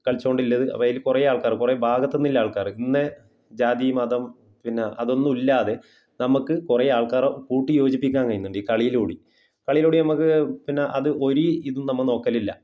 കളിച്ചു കൊണ്ട് ഉള്ളത് അപ്പോൾ അതിൽ കുറെ ആൾക്കാർ കുറെ ഭാഗത്ത് നിന്നു ള്ള ആൾക്കാർ ഇന്ന ജാതി മതം പിന്നെ അതൊന്നുമല്ലാതെ നമ്മൾക്ക് കുറെ ആൾക്കാർ കൂട്ടി യോജിപ്പിക്കാൻ കഴിയുന്നുണ്ട് ഈ കളിയിലൂടെ കളിയിലൂടെ നമ്മൾക്ക് പിന്നെ അത് ഒരു ഇതും നമ്മൊ നോക്കലില്ല